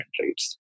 rates